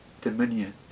dominion